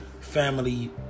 family